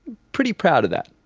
pretty proud of that.